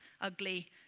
ugly